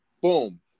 boom